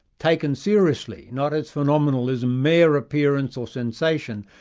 taken seriously, not as phenomenal as mere appearance or sensation,